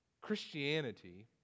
Christianity